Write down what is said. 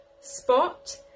spot